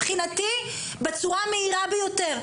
מבחינתי בצורה המהירה ביותר.